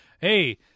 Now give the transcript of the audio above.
hey